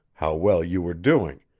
how well you were doing,